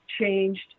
changed